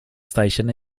station